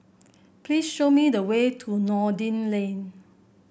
please show me the way to Noordin Lane